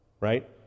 Right